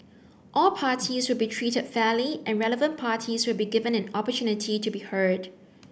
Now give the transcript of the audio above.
all parties will be treated fairly and relevant parties will be given an opportunity to be heard